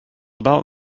about